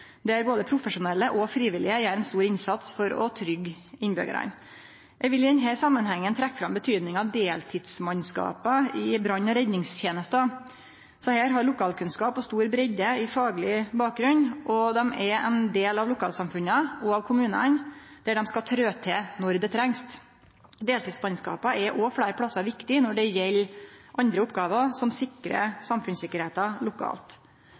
der både profesjonelle og frivillige gjer ein stor innsats for å tryggje innbyggjarane. Eg vil i denne samanhengen trekkje fram betydinga av deltidsmannskapa i brann- og redningstenesta. Desse har lokalkunnskap og stor breidde i fagleg bakgrunn, og dei er ein del av lokalsamfunna og av kommunane der dei skal trø til når det trengst. Deltidsmannskapa er òg fleire plassar viktige når det gjeld andre oppgåver som sikrar samfunnssikkerheita lokalt.